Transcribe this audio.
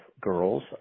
girls